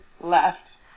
left